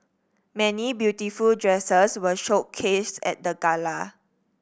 many beautiful dresses were showcased at the gala